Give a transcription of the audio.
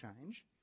change